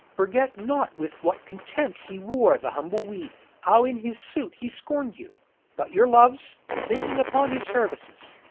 forget not with what contempt he wore the humble weed how in his suit he scorn'd you but your loves, thinking upon his services,